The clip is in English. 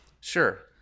Sure